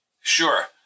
Sure